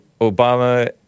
Obama